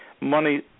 money